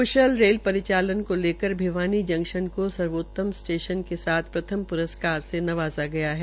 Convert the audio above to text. क्शल रेल प्रशासन को लेकर भिवानी जंक्शन को सर्वोतम स्टेशन के साथ प्रथम प्रस्कार से नवाज़ा गया है